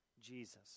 Jesus